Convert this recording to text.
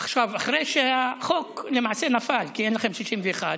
עכשיו, אחרי שהחוק למעשה נפל, כי אין לכם 61,